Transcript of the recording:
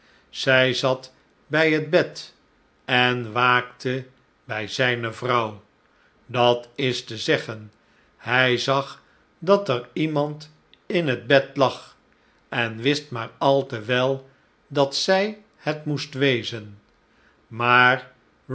zij zat bij het bed en waakte bij zijne vrouw dat is te zeggen hij zag dat er iemand in het bed lag en wist maar al te wel dat zij het moest wezen maar